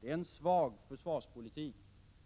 Det är en svag försvarspolitik,